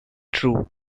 true